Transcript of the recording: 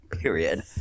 period